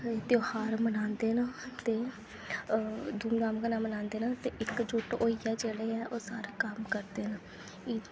त्योहार मनांदे न ते धूमधाम कन्नै मनांदे न ते इक जुट होइयै जेह्ड़े ओह् सारा कम्म करदे न